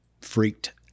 freaked